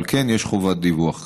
אבל כן, יש חובת דיווח כזאת.